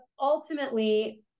ultimately